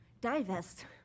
Divest